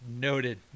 noted